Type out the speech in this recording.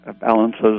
balances